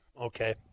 Okay